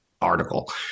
article